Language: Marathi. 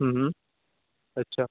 अच्छा